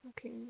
okay